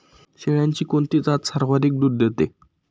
शेळ्यांची कोणती जात सर्वाधिक दूध देते?